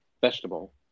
Vegetable